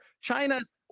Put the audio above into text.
China's